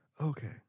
okay